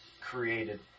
created